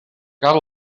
got